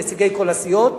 נציגי כל הסיעות: